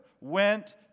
went